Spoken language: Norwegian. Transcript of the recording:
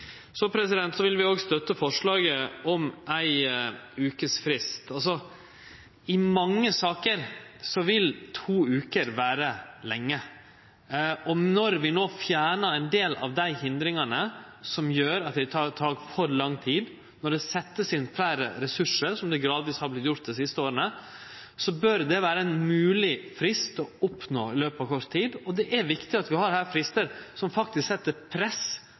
Så vil vi òg støtte forslaget om ei vekes frist. I mange saker vil to veker vere lenge, og når vi no fjernar ein del av dei hindringane som gjer at det tek for lang tid, når det vert sett inn fleire ressursar, som det gradvis har vorte gjort dei siste åra, så bør det vere ein frist det er mogleg å oppnå i løpet av kort tid. Det er viktig at vi her har fristar som set press